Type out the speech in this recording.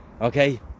okay